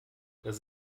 das